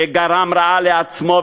וגרם רעה לעצמו,